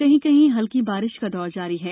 कहीं कहीं हल्की बारिश का दौर जारी है